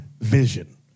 vision